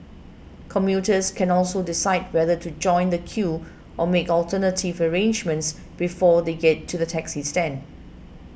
commuters can also decide whether to join the queue or make alternative arrangements before they get to the taxi stand